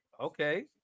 okay